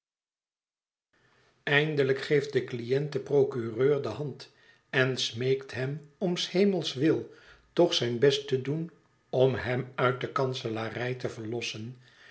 eindelijk geeft de cliënt den procureur de hand en smeekt hem om s hemels wil toch zijn hest te doen om hem uit de kanselarij te verlossen